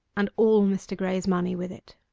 and all mr. graye's money with it.